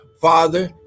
Father